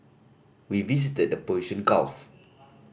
we visited the Persian Gulf